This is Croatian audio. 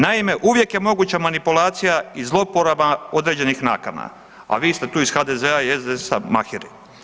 Naime, uvijek je moguća manipulacija i zloporaba određenih nakana, a vi ste tu ih HDZ-a i SDSS-a maheri.